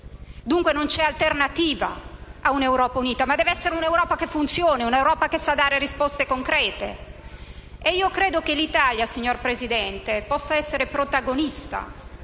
Dunque, non c'è alternativa ad un'Europa unita, ma deve essere un'Europa che funziona, un'Europa che sappia dare risposte concrete. E io credo che l'Italia, signor Presidente, possa essere protagonista